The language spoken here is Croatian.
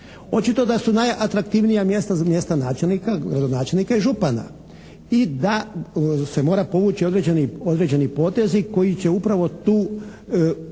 Očito da su najatraktivnija mjesta, mjesta načelnika, gradonačelnika i župana i da se mora povući određeni potezi koji će upravo tu unutar